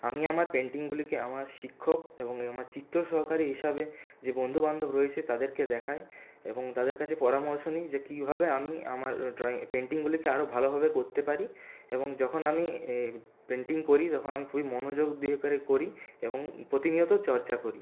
আমি আমার পেন্টিংগুলিকে আমার শিক্ষক এবং আমার চিত্র সহকারী হিসাবে যে বন্ধুবান্ধব রয়েছে তাদেরকে দেখাই এবং তাদের কাছে পরামর্শ নিই যে কীভাবে আমি আমার ড্রয়িং পেন্টিংগুলিকে আরও ভালোভাবে করতে পারি এবং যখন আমি পেন্টিং করি তখন আমি খুবই মনোযোগ দিয়ে করি এবং প্রতিনিয়ত চর্চা করি